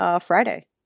Friday